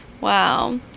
Wow